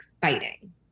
fighting